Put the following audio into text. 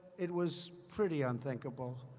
it was pretty unthinkable.